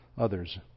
others